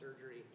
surgery